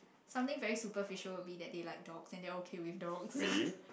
something very superficial will be that they like dogs and they are okay with dogs